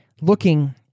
looking